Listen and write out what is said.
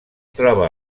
troba